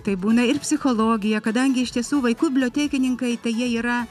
tai būna ir psichologija kadangi iš tiesų vaikų bibliotekininkai tai jie yra